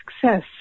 success